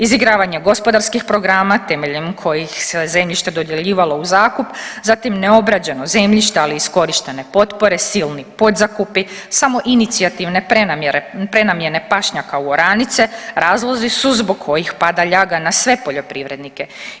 Izigravanje gospodarskih programa temeljem kojih se zemljište dodjeljivalo u zakup, zatim neobrađeno zemljište ali iskorištene potpore, silni podzakupi, samoinicijative prenamjene pašnjaka u oranice razlozi su zbog kojih pada ljaga na sve poljoprivrednike.